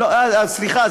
סליחה.